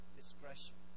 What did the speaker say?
discretion